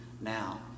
now